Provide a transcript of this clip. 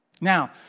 Now